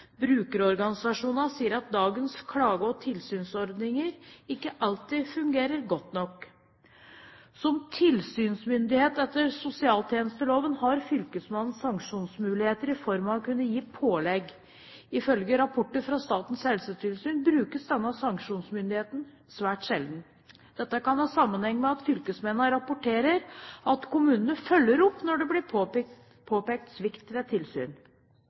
Brukerorganisasjonene sier at dagens klage- og tilsynsordninger ikke alltid fungerer godt nok. Som tilsynsmyndighet etter sosialtjenesteloven har fylkesmannen sanksjonsmuligheter i form av å kunne gi pålegg. Ifølge rapporter til Statens helsetilsyn brukes denne sanksjonsmyndigheten svært sjelden. Det kan ha sammenheng med at fylkesmennene rapporterer at kommunene følger opp når det blir påpekt svikt ved tilsyn.